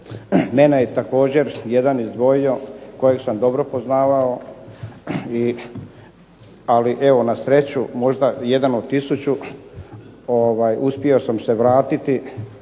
Mene je također jedan izdvojio kojeg sam dobro poznavao, ali evo na sreću možda jedan od tisuću uspio sam se vratiti